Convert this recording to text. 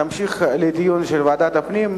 ימשיך להידון בוועדת הפנים.